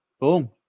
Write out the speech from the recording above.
boom